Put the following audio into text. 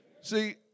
See